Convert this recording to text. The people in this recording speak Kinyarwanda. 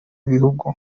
bihugu